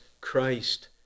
Christ